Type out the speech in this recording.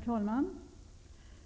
Herr talman!